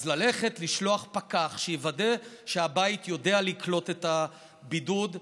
אז לשלוח פקח שיוודא שהבית יודע לקלוט את הבידוד,